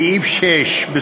סעיף 6(ה)